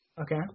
Okay